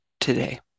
today